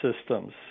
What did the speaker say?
systems